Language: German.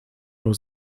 nur